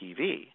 TV